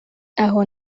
aho